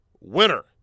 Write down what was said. winner